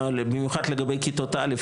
במיוחד לגבי כיתות א',